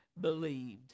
believed